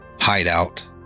hideout